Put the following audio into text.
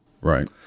Right